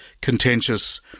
contentious